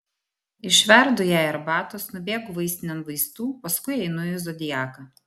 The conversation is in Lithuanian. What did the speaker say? išverdu jai arbatos nubėgu vaistinėn vaistų paskui einu į zodiaką